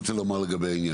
לגבי העניין.